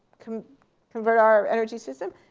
convert our energy system,